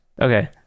Okay